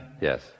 Yes